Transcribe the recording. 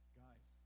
guys